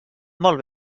molt